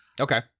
Okay